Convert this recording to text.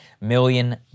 million